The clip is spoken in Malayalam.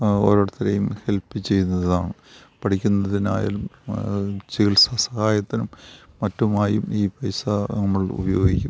ഓരോരുത്തരേയും ഹെൽപ്പ് ചെയ്യുന്നതാണ് പഠിക്കുന്നതിനായാലും ചികിത്സാ സഹായത്തിനും മറ്റുമായും ഈ പൈസ നമ്മൾ ഉപയോഗിക്കും